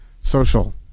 social